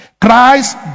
christ